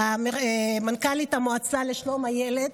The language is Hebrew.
מנכ"לית המועצה לשלום הילד,